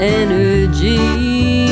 energy